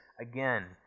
again